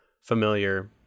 familiar